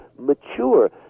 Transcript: mature